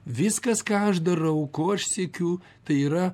viskas ką aš darau ko aš siekiu tai yra